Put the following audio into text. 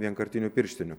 vienkartinių pirštinių